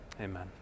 Amen